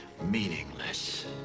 meaningless